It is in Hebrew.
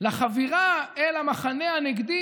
לחבירה אל המחנה הנגדי,